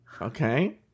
Okay